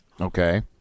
Okay